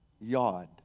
Yod